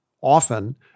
often